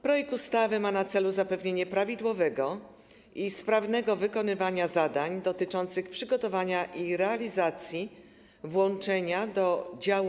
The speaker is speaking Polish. Projekt ustawy ma na celu zapewnienie prawidłowego i sprawnego wykonywania zadań dotyczących przygotowania i realizacji włączenia do działu: